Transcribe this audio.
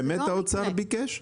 באמת האוצר ביקש?